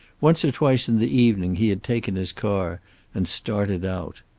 once or twice in the evening he had taken his car and started out,